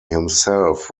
himself